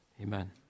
Amen